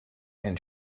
and